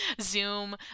Zoom